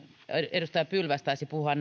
edustaja pylväs taisi puhua